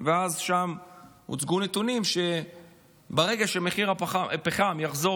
ושם הוצגו נתונים שברגע שמחיר הפחם יחזור